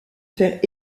faire